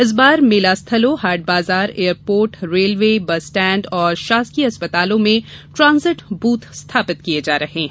इस बार मेला स्थलों हाट बाजार airport railway bus stand और शासकीय अस्पतालों में ट्रांजिट बूथ स्थापित किये जा रहे हैं